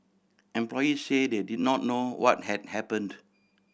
employee say they did not know what had happened